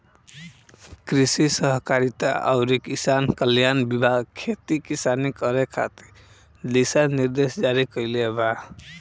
कृषि सहकारिता अउरी किसान कल्याण विभाग खेती किसानी करे खातिर दिशा निर्देश जारी कईले बा